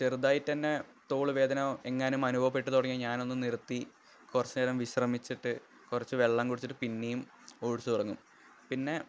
ചെറുതായിട്ടു തന്നെ തോളുവേദന എങ്ങാനും അനുഭവപ്പെട്ടു തുടങ്ങിയാൽ ഞാനൊന്നു നിര്ത്തി കുറച്ചു നേരം വിശ്രമിച്ചിട്ട് കുറച്ച് വെള്ളം കുടിച്ചിട്ട് പിന്നെയും ഓടിച്ച് തുടങ്ങും പിന്നെ